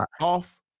off